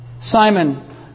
Simon